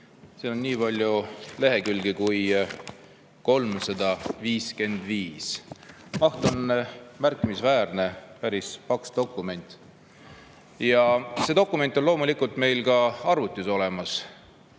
siin on nii palju lehekülgi kui 355. Maht on märkimisväärne, päris paks dokument. See dokument on loomulikult meil ka arvutis olemas.